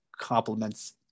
compliments